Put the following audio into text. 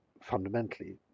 fundamentally